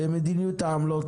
מדיניות העמלות,